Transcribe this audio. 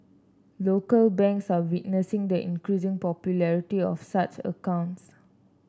local banks are witnessing the increasing popularity of such accounts